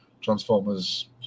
Transformers